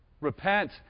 Repent